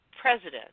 president